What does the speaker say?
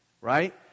Right